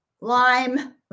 lime